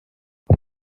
but